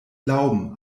glauben